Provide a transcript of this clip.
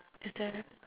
is there